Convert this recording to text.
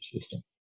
system